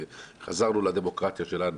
נחזור לדמוקרטיה שלנו.